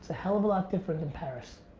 ah hell of a lot different than paris.